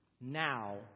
now